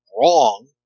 wrong